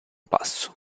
passo